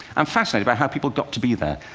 i'm fascinated by how people got to be there.